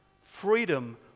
freedom